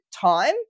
time